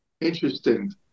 Interesting